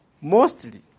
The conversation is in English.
mostly